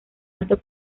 alto